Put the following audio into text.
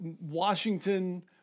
Washington